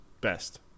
best